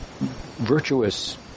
virtuous